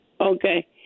Okay